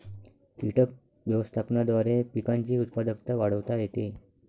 कीटक व्यवस्थापनाद्वारे पिकांची उत्पादकता वाढवता येते